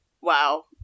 wow